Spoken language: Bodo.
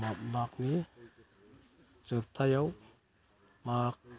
मागनि जोबथायाव माग